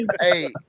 Hey